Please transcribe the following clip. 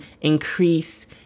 increase